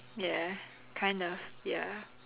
ya kind of ya